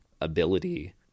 ability